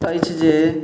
अछि जे